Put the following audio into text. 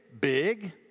big